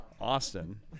Austin